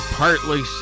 partly